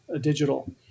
digital